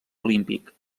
olímpic